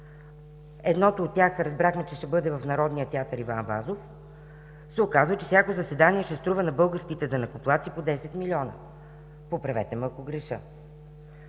едното от тях разбрахме, че ще бъде в Народния театър „Иван Вазов“, се оказва, че всяко заседание ще струва на българските данъкоплатци по 10 милиона. Поправете ме, ако греша.